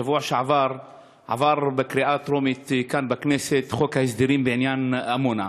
בשבוע שעבר עבר בקריאה טרומית כאן בכנסת חוק ההסדרים בעניין עמונה.